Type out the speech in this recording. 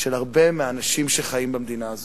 של הרבה מהאנשים שחיים במדינה הזאת.